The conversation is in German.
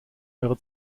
eurer